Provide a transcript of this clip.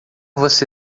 você